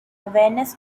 awareness